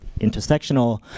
intersectional